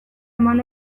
eman